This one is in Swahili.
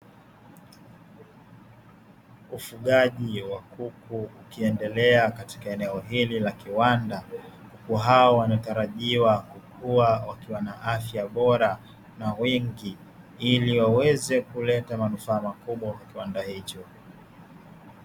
Ufugaji wa kuku ukiendelea katika eneo hili la kiwanda kuku hao wanatarajiwa kukua wakiwa na afya bora na wingi ili waweze kuleta manufaa makubwa kwa kiwanda hicho.